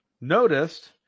noticed